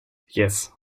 yes